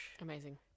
amazing